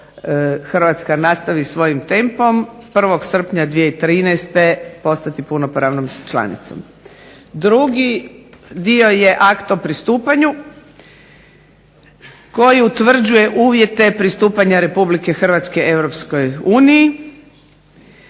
Hrvatska nastavi svojim tempom 1. srpnja 2013. postati punopravnom članicom. Drugi dio je Akt o pristupanju koji utvrđuje pristupanja RH EU,